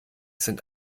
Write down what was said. sind